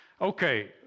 Okay